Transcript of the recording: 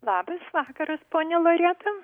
labas vakaras ponia loreta